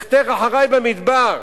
לכתך אחרי במדבר.